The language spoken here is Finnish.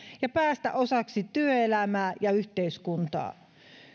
ja päästä osaksi työelämää ja yhteiskuntaa